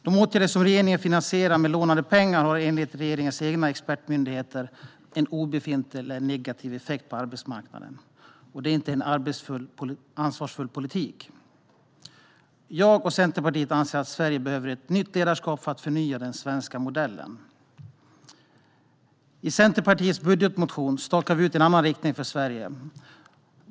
De åtgärder som regeringen finansierar med lånade pengar har enligt regeringens egna expertmyndigheter en obefintlig eller negativ effekt på arbetsmarknaden. Det är inte en ansvarsfull politik. Jag och Centerpartiet anser att Sverige behöver ett nytt ledarskap för att förnya den svenska modellen. I Centerpartiets budgetmotion stakar vi ut en annan riktning för Sverige.